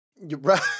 Right